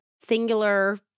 singular